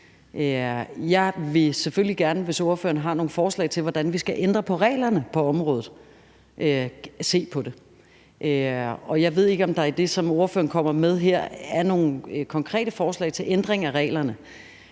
opgave som minister. Hvis spørgeren har nogle forslag til, hvordan vi skal ændre på reglerne på området, vil jeg selvfølgelig gerne se på det. Og jeg ved ikke, om der i det, som spørgeren kommer med her, er nogle konkrete forslag til ændring af reglerne.